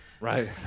Right